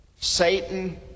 Satan